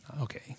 Okay